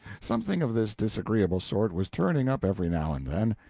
something of this disagreeable sort was turning up every now and then.